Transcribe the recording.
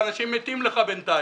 אנשים מתים בינתיים.